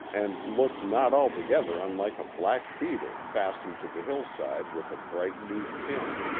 and looked not altogether unlike a black beetle fastened to the hillside with a bright new pin.